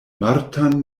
martan